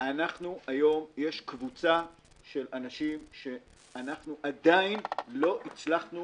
היום יש קבוצה של אנשים שאנחנו עדיים לא הצלחנו